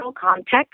context